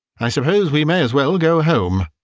i suppose we may as well go home.